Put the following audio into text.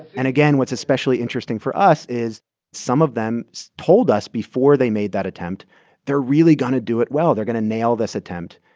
and again, what's especially interesting for us is some of them so told us before they made that attempt they're really going to do it well. they're going to nail this attempt.